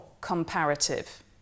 comparative